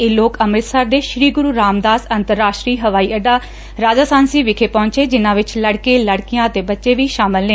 ਇਹ ਲੋਕ ਅੰਮਿਤਸਰ ਦੇ ਸ੍ਰੀ ਗੁਰੂ ਰਾਮਦਾਸ ਅੰਤਰਰਾਸ਼ਟਰੀ ਹਵਾਈ ਅੱਡਾ ਰਾਜਾਸਾਂਸੀ ਵਿਖੇ ਪਹੁੰਚੇ ਜਿਨਾਂ ਵਿਚ ਲੜਕੇ ਲੜਕੀਆਂ ਅਤੇ ਬੱਚੇ ਵੀ ਸ਼ਾਮਲ ਨੇ